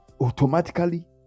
automatically